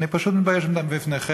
אני פשוט מתבייש בפניכם,